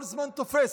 כל זמן תופס?